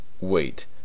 Wait